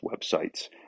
websites